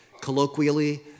colloquially